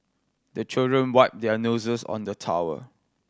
the children wipe their noses on the towel